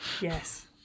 Yes